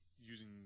using